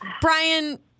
Brian